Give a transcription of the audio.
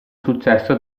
successo